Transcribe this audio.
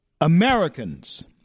Americans